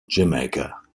jamaica